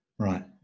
Right